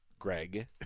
Greg